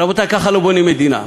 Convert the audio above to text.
רבותי, ככה לא בונים מדינה.